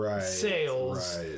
sales